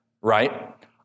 right